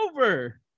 over